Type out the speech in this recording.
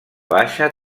baixa